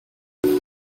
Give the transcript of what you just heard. une